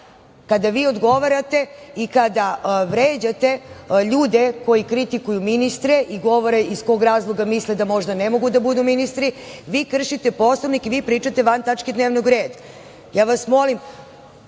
odgovarate i kada vređate ljude koji kritikuje ministre i govore iz kog razloga misle da možda ne mogu da budu ministri, vi kršite Poslovnik, vi pričate van tačke dnevnog reda. Molim